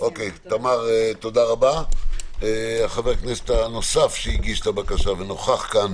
חבר הכנסת הנוסף שהגיש את הבקשה ונוכח כאן